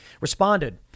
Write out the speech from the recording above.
responded